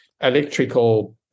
electrical